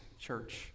church